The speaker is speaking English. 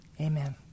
amen